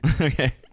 Okay